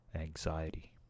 anxiety